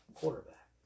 quarterback